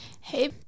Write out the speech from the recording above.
Hey